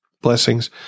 Blessings